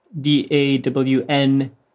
D-A-W-N